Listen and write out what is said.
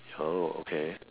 ya okay